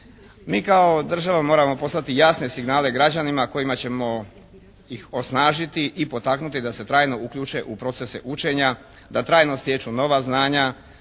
Mi kao država moramo poslati jasne signale građanima kojima ćemo ih osnažiti i potaknuti da se trajno uključe u procese učenja, da trajno stječu nova znanja,